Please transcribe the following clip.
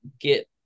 get